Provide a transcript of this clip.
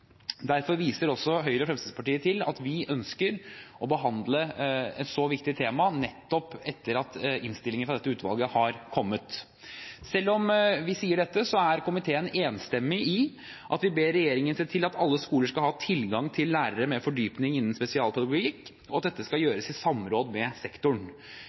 Derfor viser også Høyre og Fremskrittspartiet til at vi ønsker å behandle et så viktig tema nettopp etter at innstillingen fra dette utvalget har kommet. Selv om vi sier dette, ber komiteen enstemmig om at regjeringen ser til at alle skoler skal ha tilgang på lærere med fordypning innen spesialpedagogikk, og at dette skal gjøres i samråd med sektoren.